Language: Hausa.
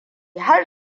har